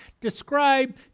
describe